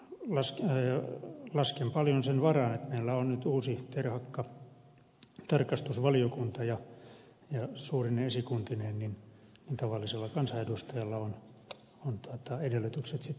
mutta lasken paljon sen varaan että kun meillä on nyt uusi terhakka tarkastusvaliokunta suurine esikuntineen niin tavallisella kansanedustajalla on edellytykset toivoa että tulosta syntyy